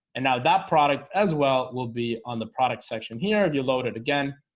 and now that product as well will be on the products section here. have you load it again?